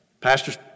Pastors